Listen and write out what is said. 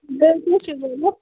بیٚیہِ کیٛاہ چھُ ضروٗرت